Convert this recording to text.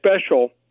special